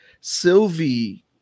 sylvie